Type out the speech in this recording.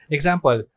Example